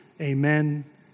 Amen